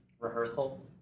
rehearsal